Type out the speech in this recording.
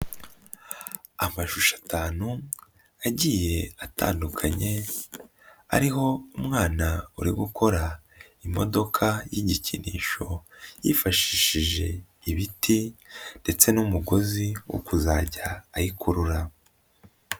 Amashusho atanu agiye atandukanye, ariho umwana uri gukora imodoka y'igikinisho, yifashishije ibiti ndetse n'umugozi wo kuzajya ayikurura.